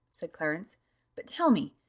said clarence but tell me,